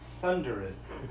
thunderous